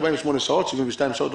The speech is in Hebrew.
48 שעות או 72 שעות,